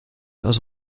aus